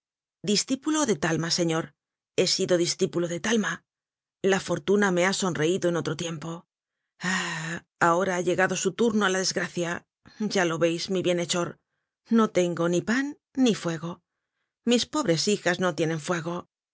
discípulo de talma señor he sido discípulo de taima la fortuna me ha sonreido en otro tiempo ahí ahora ha llegado su turno á la desgracia ya lo veis mi bienhechor no tengo ni pan ni fuego mis pobres hijas no tienen fuego